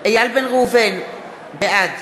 איל בן ראובן, בעד